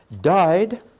died